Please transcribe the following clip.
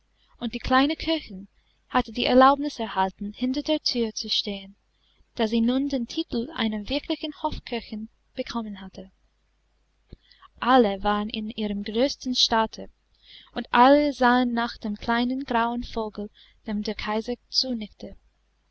und die kleine köchin hatte die erlaubnis erhalten hinter der thür zu stehen da sie nun den titel einer wirklichen hofköchin bekommen hatte alle waren in ihrem größten staate und alle sahen nach dem kleinen grauen vogel dem der kaiser zunickte